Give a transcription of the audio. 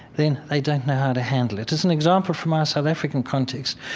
then they don't know how to handle it as an example from my south african context,